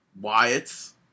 Wyatt's